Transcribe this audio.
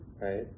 right